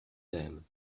them